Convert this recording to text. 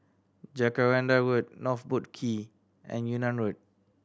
Jacaranda Road North Boat Quay and Yunnan Road